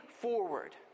forward